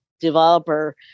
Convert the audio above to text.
developer